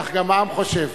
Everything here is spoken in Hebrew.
וכך גם העם חושב.